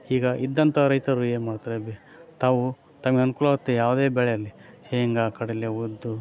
ಈಗ ಇದ್ದಂಥ ರೈತರು ಏನು ಮಾಡ್ತಾರೆ ಬೆ ತಾವು ತಮ್ಮ ಅನುಕೂಲತೆಯ ಯಾವುದೇ ಬೆಳೆ ಇರಲಿ ಶೇಂಗಾ ಕಡಲೆ ಉದ್ದು